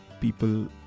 people